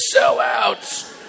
sellouts